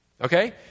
Okay